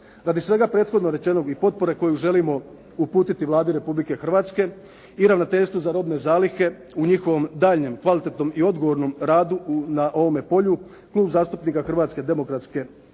Radi svega prethodno rečenog i potpore koju želimo uputiti Vladi Republike Hrvatske i Ravnateljstvu za robne zalihe u njihovom daljnjem, kvalitetnom i odgovornom radu na ovome polju, Klub zastupnika Hrvatske demokratske zajednice